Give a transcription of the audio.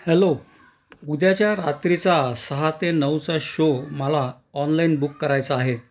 hello उद्याच्या रात्रीचा सहा ते नऊचा शो मला ऑनलाईन बुक करायचा आहे